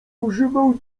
używał